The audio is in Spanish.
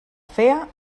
fea